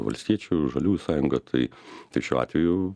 valstiečių žaliųjų sąjunga tai tai šiuo atveju